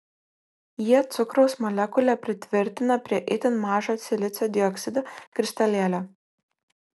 jie cukraus molekulę pritvirtina prie itin mažo silicio dioksido kristalėlio